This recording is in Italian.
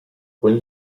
con